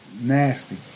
Nasty